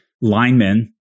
linemen